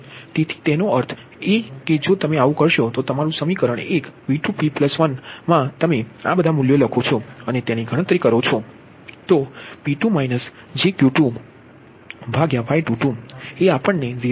તેથી તેનો અર્થ એ કે જો તમે આવું કરો છો તો તમારું સમીકરણ V2p1 મા તમે આ બધા મુલ્યો લખો છો અને તમે તેની ગણતરી કરો છો તો P2 jQ2Y22